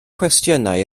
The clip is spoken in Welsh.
cwestiynau